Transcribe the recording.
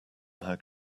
had